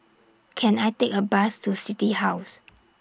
Can I Take A Bus to City House